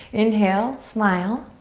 inhale. smile.